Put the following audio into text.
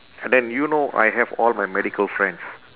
and then you know I have all my medical friends